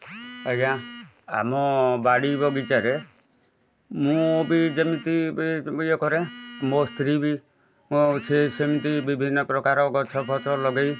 ଆଜ୍ଞା ଆମ ବାଡ଼ି ବଗିଚାରେ ମୁଁ ବି ଯେମିତି ବି ଇଏ କରେ ମୋ ସ୍ତ୍ରୀ ବି ମୋ ସେ ସେମିତି ବି ବିଭିନ୍ନ ପ୍ରକାର ଗଛଫଛ ଲଗେଇ